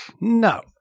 no